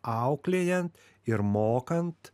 auklėjant ir mokant